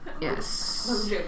Yes